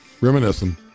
Reminiscing